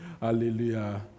Hallelujah